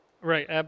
Right